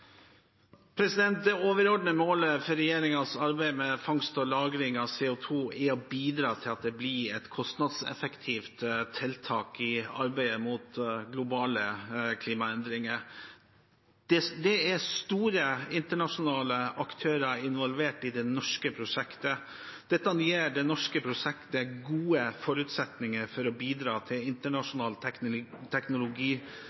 Det overordnede målet for regjeringens arbeid med fangst og lagring av CO 2 er å bidra til at det blir et kostnadseffektivt tiltak i arbeidet mot globale klimaendringer. Det er store internasjonale aktører involvert i det norske prosjektet. Dette gir det norske prosjektet gode forutsetninger for å bidra til